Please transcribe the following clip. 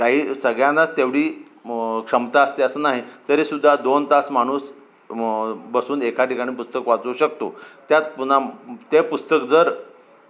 काही सगळ्यांनाच तेवढी क्षमता असते असं नाही तरीसुद्धा दोन तास माणूस बसून एखा ठिकाणी पुस्तक वाचवू शकतो त्यात पुन्हा ते पुस्तक जर